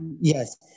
Yes